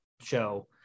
show